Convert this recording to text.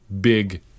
big